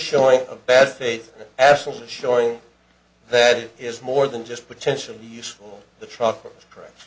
showing of bad faith absolutely showing that it is more than just potentially useful the trucker's correct